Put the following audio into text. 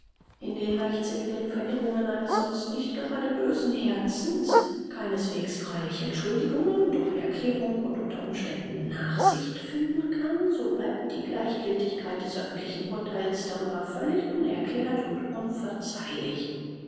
in den leichtsinnigen verirrungen eines sonst nicht gerade bösen herzens keinesweges freilich entschuldigung doch erklärung und unter umständen nachsicht finden kann so bleibt die gleichgiltigkeit des öffentlichen urtheils darüber völlig unerklärt und unverzeihlich